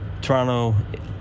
Toronto